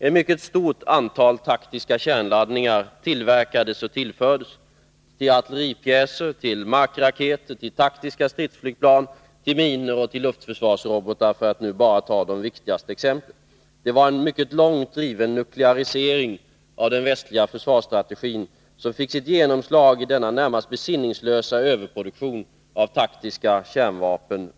Ett mycket stort antal taktiska kärnladdningar tillverkades och tillfördes artilleripjäser, markraketer, taktiska stridsflygplan, minor och luftförsvarsrobotar, för att nu bara ta de viktigaste exemplen. Det var en mycket långt driven nuklearisering av den västliga försvarsstrategin som under denna period fick sitt genomslag i denna närmast besinningslösa överproduktion av taktiska kärnvapen.